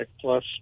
plus